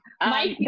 Mike